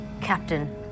Captain